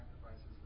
sacrifices